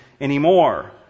anymore